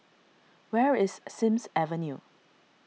where is Sims Avenue